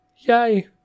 yay